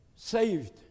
saved